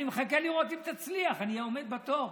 אני מחכה לראות אם תצליח, אני עומד בתור.